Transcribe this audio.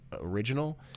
original